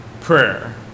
Prayer